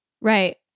Right